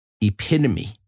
epitome